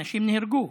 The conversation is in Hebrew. אנשים נהרגו.